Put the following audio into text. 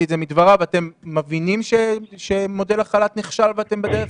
אתם מבינים שמודל החל"ת נכשל ואתם בדרך